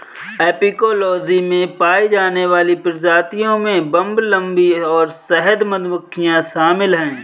apicology में पाई जाने वाली प्रजातियों में बंबलबी और शहद मधुमक्खियां शामिल हैं